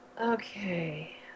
okay